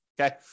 Okay